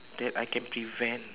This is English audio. that I can prevent